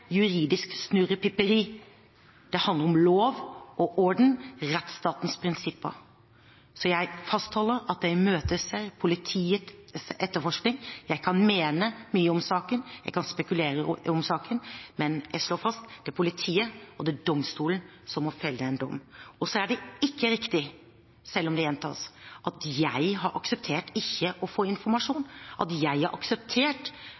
juridisk snurrepiperi – det handler om lov og orden, rettsstatens prinsipper. Jeg fastholder at jeg imøteser politiets etterforskning. Jeg kan mene mye om saken, jeg kan spekulere om saken, men jeg slår fast: Det er politiet og domstolen som må felle en dom. Så er det ikke riktig, selv om det gjentas, at jeg har akseptert ikke å få informasjon, at jeg har akseptert